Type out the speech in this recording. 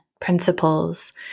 principles